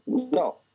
No